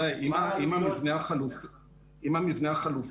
אם המבנה החלופי